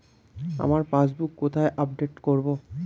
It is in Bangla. আমার পাসবুক কোথায় আপডেট করব?